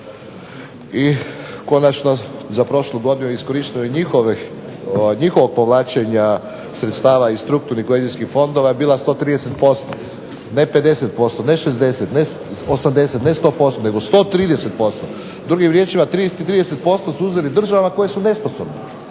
i konačno za prošlu godinu iskorišteno njihovih, njihovog povlačenja sredstava iz strukturnih …/Govornik se ne razumije./… fondova je bila 130%, ne 50%, ne 60, ne 80, ne 100%, nego 130%. Drugim riječima 30% su uzeli od država koje su nesposobne.